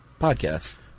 podcast